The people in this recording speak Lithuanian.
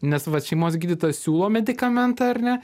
nes vat šeimos gydytojas siūlo medikamentą ar ne